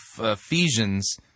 Ephesians